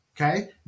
okay